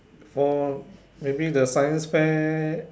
or maybe the science fair